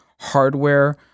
hardware